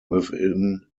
within